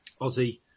Ozzy